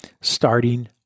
starting